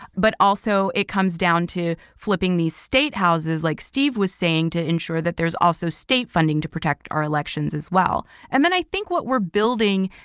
but also it comes down to flipping these state houses, like steve was saying, to ensure that there's also state funding to protect our elections as well. and then i think what we're building,